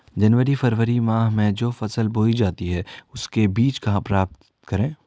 जनवरी फरवरी माह में जो फसल बोई जाती है उसके बीज कहाँ से प्राप्त होंगे?